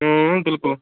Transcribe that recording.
بالکل